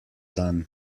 dan